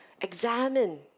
examine